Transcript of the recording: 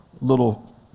little